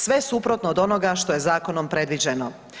Sve je suprotno od onoga što je zakonom predviđeno.